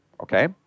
okay